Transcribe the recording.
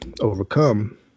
overcome